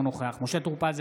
אינו נוכח משה טור פז,